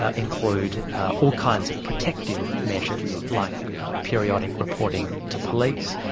ah include all kinds of protective measures like periodic reporting to police,